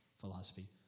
philosophy